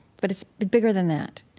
but it's bigger than that